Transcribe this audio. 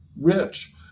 rich